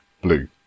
blue